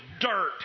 dirt